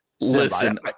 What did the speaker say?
Listen